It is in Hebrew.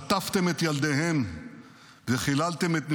חטפתם את ילדיהם וחיללתם את נשותיהם.